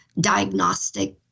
diagnostic